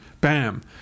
bam